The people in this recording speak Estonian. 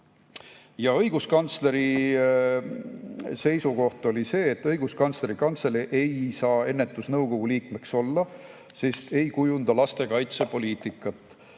Õiguskantsleri seisukoht oli see, et Õiguskantsleri Kantselei ei saa ennetusnõukogu liikmeks olla, sest ei kujunda lastekaitsepoliitikat,